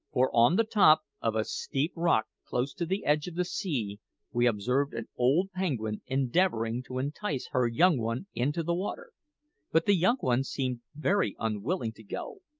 for on the top of a steep rock close to the edge of the sea we observed an old penguin endeavouring to entice her young one into the water but the young one seemed very unwilling to go,